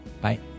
Bye